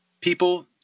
people